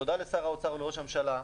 תודה לשר האוצר ולראש הממשלה,